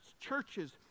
churches